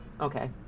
Okay